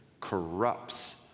corrupts